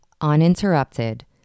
uninterrupted